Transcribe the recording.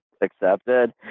accepted